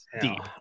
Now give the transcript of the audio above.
deep